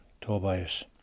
Tobias